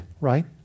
right